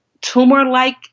tumor-like